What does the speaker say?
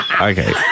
Okay